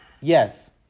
Yes